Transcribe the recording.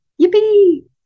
Yippee